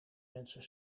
mensen